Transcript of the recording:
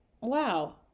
wow